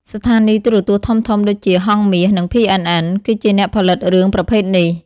ស្ថានីយទូរទស្សន៍ធំៗដូចជា ហង្សមាស និង PNN គឺជាអ្នកផលិតរឿងប្រភេទនេះ។